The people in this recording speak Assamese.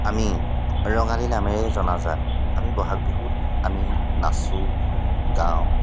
আমি ৰঙালী নামেৰে জনাজাত আমি বহাগ বিহুত আমি নাচোঁ গাওঁ